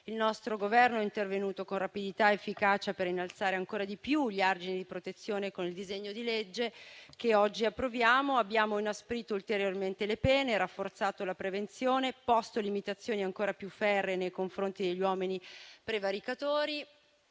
Il nostro Governo è intervenuto con rapidità ed efficacia per innalzare ancora di più gli argini di protezione con il disegno di legge che oggi ci accingiamo ad approvare. Abbiamo inasprito ulteriormente le pene, rafforzato la prevenzione, posto limitazioni ancora più ferree nei confronti degli uomini prevaricatori,